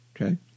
Okay